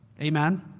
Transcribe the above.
Amen